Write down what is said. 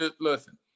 listen